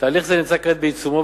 תהליך זה נמצא כעת בעיצומו,